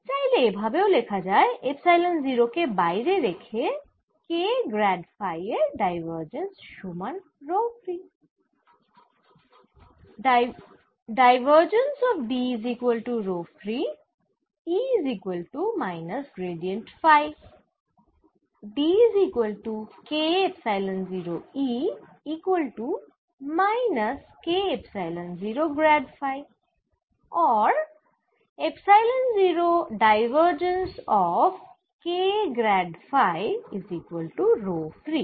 চাইলে এভাবেও লেখা যায় এপসাইলন 0 কে বাইরে রেখে K গ্র্যাড ফাই এর ডাইভারজেন্স সমান রো ফ্রী